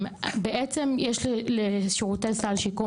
בעצם יש לשירותי סל שיקום,